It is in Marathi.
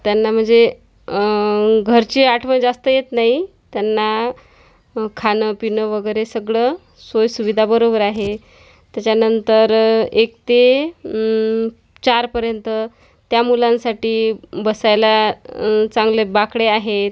त्यांना म्हणजे घरची आठवण जास्त येत नाही त्यांना खाणंपिणं वगैरे सगळं सोयसुविधा बरोबर आहे त्याच्यानंतर एक ते चारपर्यंत त्या मुलांसाठी बसायला चांगले बाकडे आहेत